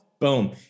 Boom